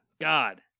God